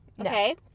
okay